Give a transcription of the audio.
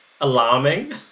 alarming